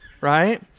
right